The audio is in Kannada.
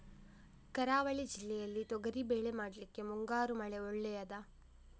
ಕರಾವಳಿ ಜಿಲ್ಲೆಯಲ್ಲಿ ತೊಗರಿಬೇಳೆ ಮಾಡ್ಲಿಕ್ಕೆ ಮುಂಗಾರು ಮಳೆ ಒಳ್ಳೆಯದ?